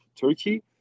Turkey